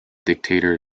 dictator